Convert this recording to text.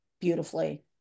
beautifully